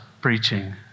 preaching